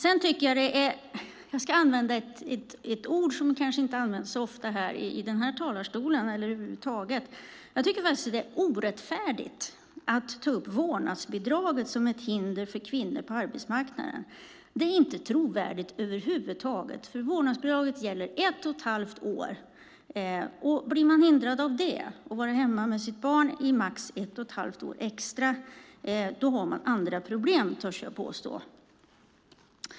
Jag ska nu använda ett ord som kanske inte används så ofta i den här talarstolen eller över huvud taget. Jag tycker att det är orättfärdigt att ta upp vårdnadsbidraget som ett hinder för kvinnor på arbetsmarknaden. Det är inte trovärdigt över huvud taget. Vårdnadsbidraget gäller ett och ett halvt år, och blir man hindrad av att vara hemma med sitt barn i max ett och ett halvt år extra har man andra problem, törs jag påstå.